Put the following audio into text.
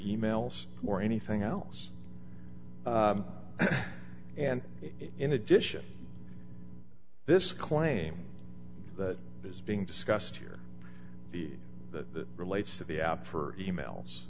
emails or anything else and in addition this claim that is being discussed here the that relates to the app for emails